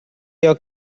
your